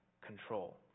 control